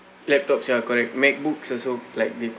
laptops ya correct MacBooks also like